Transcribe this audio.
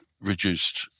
reduced